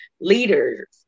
leaders